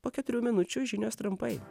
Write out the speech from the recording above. po keturių minučių žinios trumpai